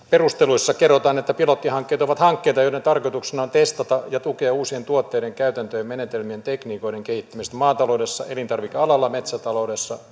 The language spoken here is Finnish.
perusteluissa kerrotaan että pilottihankkeet ovat hankkeita joiden tarkoituksena on testata ja tukea uusien tuotteiden käytäntöjen menetelmien ja tekniikoiden kehittämistä maataloudessa elintarvikealalla metsätaloudessa